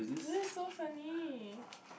is it so funny